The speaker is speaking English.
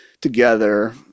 together